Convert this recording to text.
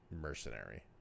mercenary